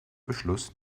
beschluss